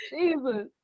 Jesus